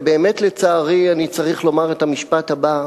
ולצערי, באמת לצערי, אני צריך לומר את המשפט הבא: